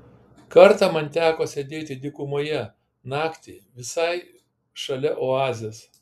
kartą man teko sėdėti dykumoje naktį visai šalia oazės